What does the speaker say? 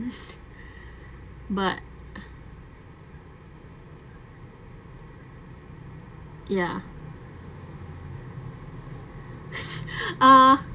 but ya uh